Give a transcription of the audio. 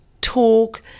talk